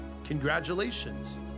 congratulations